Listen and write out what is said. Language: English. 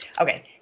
Okay